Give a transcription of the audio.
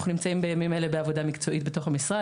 אנחנו נמצאים בימים אלה בעבודה מקצועית בתוך המשרד.